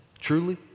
Truly